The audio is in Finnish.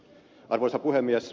arvoisa puhemies